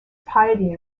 piety